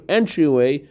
entryway